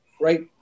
right